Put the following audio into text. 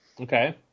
Okay